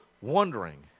wondering